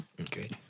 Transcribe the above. Okay